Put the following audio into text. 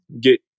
get